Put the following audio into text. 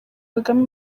kagame